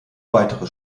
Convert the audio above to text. weitere